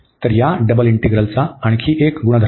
तर या डबल इंटीग्रलचा आणखी एक गुणधर्म